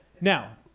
Now